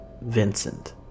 Vincent